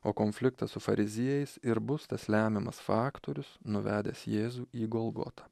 o konfliktas su fariziejais ir bus tas lemiamas faktorius nuvedęs jėzų į golgotą